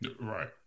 Right